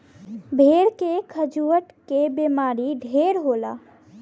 भेड़ के खजुहट के बेमारी ढेर होला